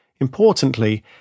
importantly